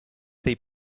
they